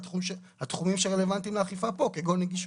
התחומים שרלוונטיים לאכיפה פה כגון נגישות.